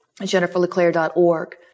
JenniferLeClaire.org